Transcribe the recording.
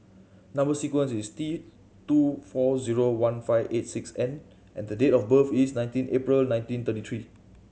number sequence is T two four zero one five eight six N and the date of birth is nineteen April nineteen thirty three